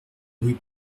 rue